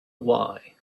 why